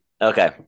Okay